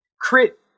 Crit